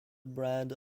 brand